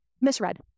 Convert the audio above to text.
misread